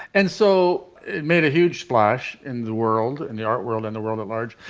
and so it made a huge splash in the world and the art world and the world at large.